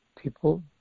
People